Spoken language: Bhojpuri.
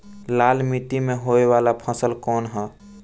लाल मीट्टी में होए वाला फसल कउन ह?